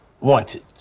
wanted